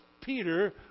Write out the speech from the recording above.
Peter